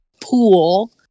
pool